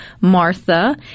Martha